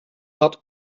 had